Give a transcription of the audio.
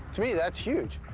to me that's huge.